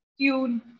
tune